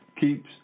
keeps